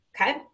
Okay